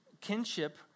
kinship